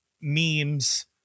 memes